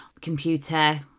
computer